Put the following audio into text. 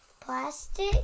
plastic